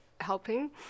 helping